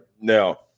now